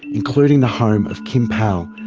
including the home of kim powell,